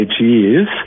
years